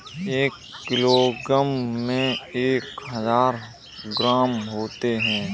एक किलोग्राम में एक हजार ग्राम होते हैं